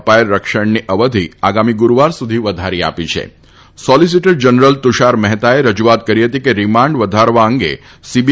અપાયેલ રક્ષણની અવધિ આગામી ગુરૂવાર સુધી વધારી આપી છે સોલીસીટર જનરલ તુષાર મહેતાએ રજુઆત કરી હતી કેરિમાન્ડ વધારવા અંગે સીની